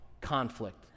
conflict